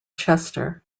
chester